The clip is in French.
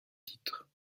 titre